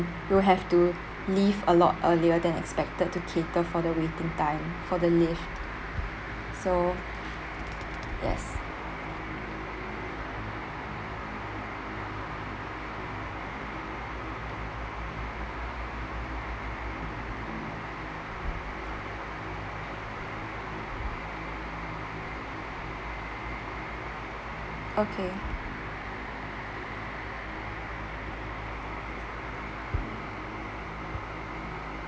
we will have to leave a lot earlier than expected to cater for the waiting time for the lift so yes okay